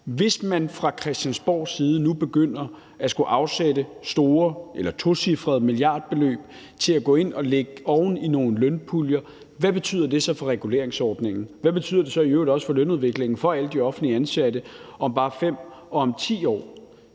Hvis man fra Christiansborgs side nu begynder at skulle afsætte tocifrede milliardbeløb til at lægge oven i nogle lønpuljer, hvad betyder det så for reguleringsordningen? Hvad betyder det så i øvrigt også for lønudviklingen for alle de offentligt ansatte om bare 5 år, om 10 år?